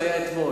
זה היה אתמול,